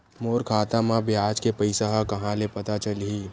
मोर खाता म ब्याज के पईसा ह कहां ले पता चलही?